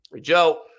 Joe